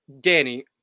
Danny